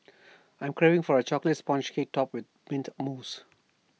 I'm craving for A Chocolate Sponge Cake Topped with Mint Mousse